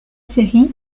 série